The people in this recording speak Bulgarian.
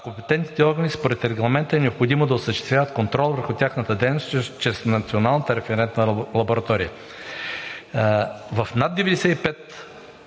компетентните органи според Регламента е необходимо да осъществяват контрол върху тяхната дейност чрез Националната референтна лаборатория. В над 95%